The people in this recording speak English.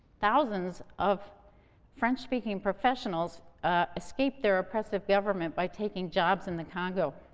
thousands of french-speaking professionals escaped their oppressive government by taking jobs in the congo.